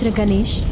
and ganesh?